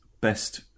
best